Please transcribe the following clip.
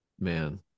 man